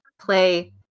play